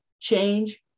Change